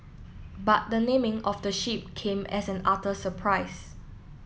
but the naming of the ship came as an utter surprise